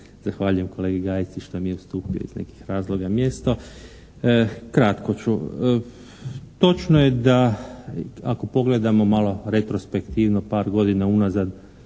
Zahvaljujem kolegi Gajici što mi je ustupio iz nekih razloga mjesto. Kratko ću. Točno je da ako pogledamo malo retrospektivno par godina unazad